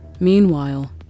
Meanwhile